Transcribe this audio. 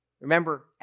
Remember